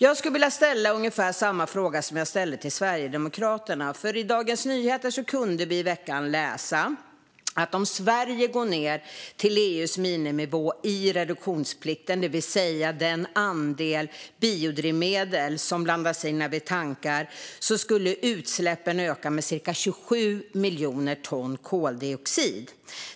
Jag skulle vilja ställa ungefär samma fråga som jag ställde till Sverigedemokraterna. I Dagens Nyheter kunde vi i veckan läsa att om Sverige går ned till EU:s miniminivå när det gäller reduktionsplikten, det vill säga den andel biodrivmedel som blandas i när vi tankar, skulle utsläppen öka med cirka 27 miljoner ton koldioxid.